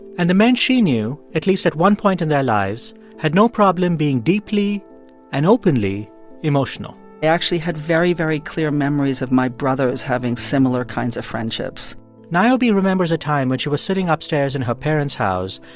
and the men she knew, at least at one point in their lives, had no problem being deeply and openly emotional i actually had very, very clear memories of my brothers having similar kinds of friendships niobe yeah remembers a time when she was sitting upstairs in her parents' house,